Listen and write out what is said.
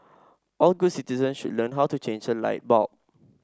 all good citizens should learn how to change a light bulb